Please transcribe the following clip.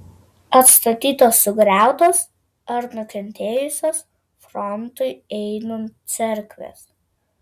atstatytos sugriautos ar nukentėjusios frontui einant cerkvės